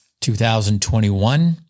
2021